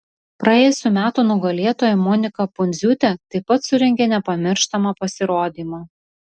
praėjusių metų nugalėtoja monika pundziūtė taip pat surengė nepamirštamą pasirodymą